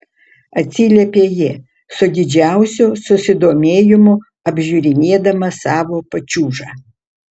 atsiliepė ji su didžiausiu susidomėjimu apžiūrinėdama savo pačiūžą